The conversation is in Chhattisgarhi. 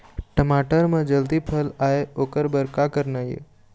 टमाटर म जल्दी फल आय ओकर बर का करना ये?